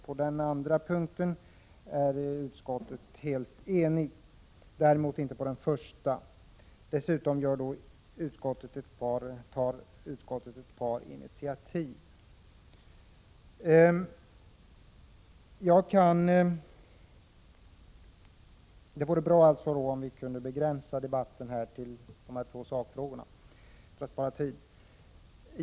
På den senare punkten är utskottet helt enigt, vilket det inte är på den första. Dessutom tar utskottet ett par initiativ. Det vore bra om vi kunde begränsa debatten till att omfatta dessa två sakfrågor.